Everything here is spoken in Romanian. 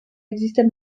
existe